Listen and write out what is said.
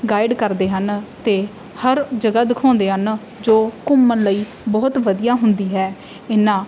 guide ਕਰਦੇ ਹਨ ਅਤੇ ਹਰ ਜਗ੍ਹਾ ਦਿਖਾਉਂਦੇ ਹਨ ਜੋ ਘੁੰਮਣ ਲਈ ਬਹੁਤ ਵਧੀਆ ਹੁੰਦੀ ਹੈ ਇਨ੍ਹਾਂ